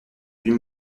huit